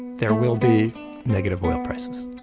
there will be negative oil prices